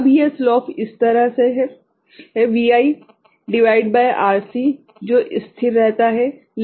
अब यह स्लोप इस तरह है Vi भागित RC जो स्थिर रहता है